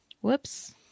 Whoops